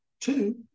Two